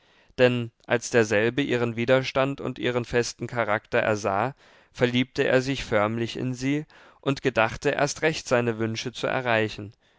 denn als derselbe ihren widerstand und ihren festen charakter ersah verliebte er sich förmlich in sie und gedachte erst recht seine wünsche zu erreichen